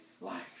life